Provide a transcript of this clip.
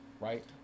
right